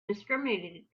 discriminated